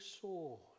sword